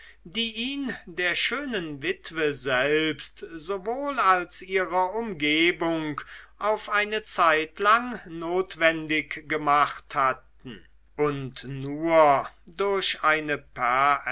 die ihn der schönen witwe selbst sowohl als ihrer umgebung auf eine zeitlang notwendig gemacht hatten und nur durch eine